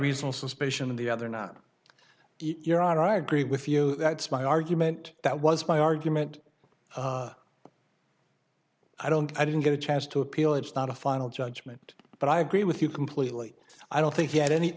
reasonable suspicion of the other not your honor i agree with you that's my argument that was my argument i don't i didn't get a chance to appeal it's not a final judgement but i agree with you completely i don't think he had any